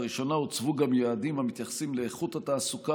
בראשונה הוצבו גם יעדים המתייחסים לאיכות התעסוקה,